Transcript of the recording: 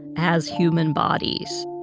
as human bodies